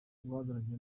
guhagararira